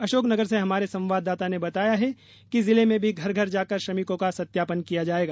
अशोकनगर से हमारे संवाददाता ने बताया है कि जिले में भी घर घर जाकर श्रमिकों का सत्यापन किया जाएगा